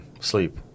Sleep